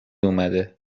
اومده